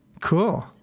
Cool